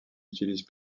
utilise